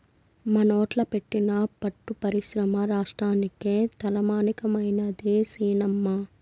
మనోట్ల పెట్టిన పట్టు పరిశ్రమ రాష్ట్రానికే తలమానికమైనాది సినమ్మా